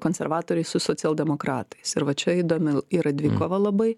konservatoriai su socialdemokratais ir va čia įdomi yra dvikova labai